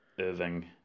Irving